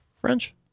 French